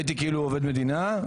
הייתי כאילו עובד מדינה,